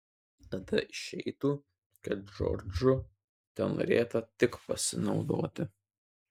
tada išeitų kad džordžu tenorėta tik pasinaudoti